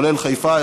כולל חיפה,